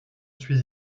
suis